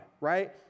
right